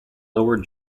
lower